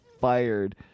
fired